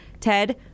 Ted